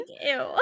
Ew